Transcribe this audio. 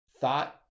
thought